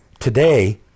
Today